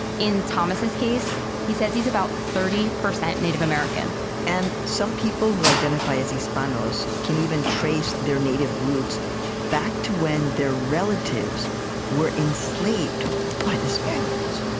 in thomas's case, he says he's about thirty percent native american and some people who identify as hispanos can even trace their native roots back to when their relatives were enslaved by the spaniards.